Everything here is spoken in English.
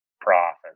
profit